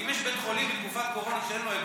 אם יש בית חולים בתקופת קורונה שאין לו אקמו,